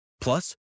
Plus